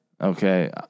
Okay